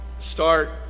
start